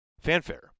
fanfare